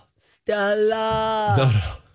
Stella